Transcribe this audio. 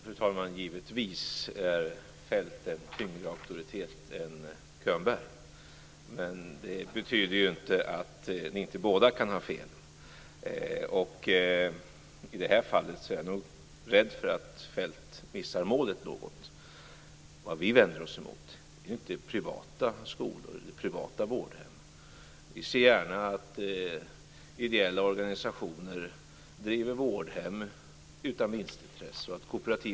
Fru talman! Givetvis är Feldt en tyngre auktoritet än Könberg. Men det betyder inte att ni inte båda kan ha fel, och i det här fallet är jag nog rädd att Feldt missar målet något. Vad vi vänder oss emot är inte privata skolor eller privata vårdhem. Vi ser gärna att ideella, och även kooperativa, organisationer driver vårdhem utan vinstintresse.